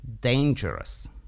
dangerous